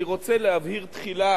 אני רוצה להבהיר תחילה